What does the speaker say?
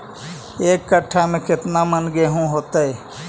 एक कट्ठा में केतना मन गेहूं होतै?